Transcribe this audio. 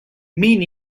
min